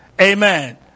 Amen